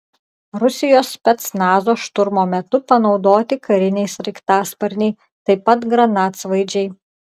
rusijos specnazo šturmo metu panaudoti kariniai sraigtasparniai taip pat granatsvaidžiai